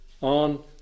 on